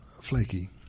flaky